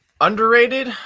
Underrated